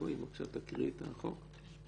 בבקשה, תקריאי את החוק.